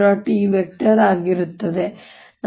E ಆಗಿರುತ್ತದೆ